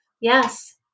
Yes